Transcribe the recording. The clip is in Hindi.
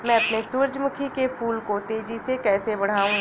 मैं अपने सूरजमुखी के फूल को तेजी से कैसे बढाऊं?